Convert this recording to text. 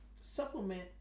supplement